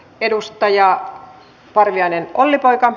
edustaja parviainen olli poika